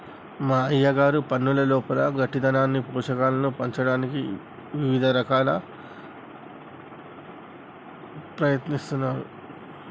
మా అయ్యగారు మన్నులోపల గట్టితనాన్ని పోషకాలను పంచటానికి ఇవిద రకాలుగా ప్రయత్నిస్తున్నారు